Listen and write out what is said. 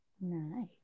Nice